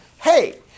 hey